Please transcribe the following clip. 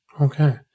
Okay